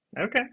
Okay